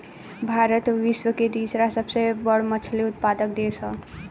भारत विश्व के तीसरा सबसे बड़ मछली उत्पादक देश ह